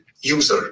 user